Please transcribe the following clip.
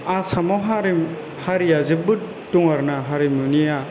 आसामाव हारिमु हारिया जोबोर दं आरोना हारिमुनिया